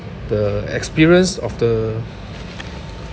the experience of the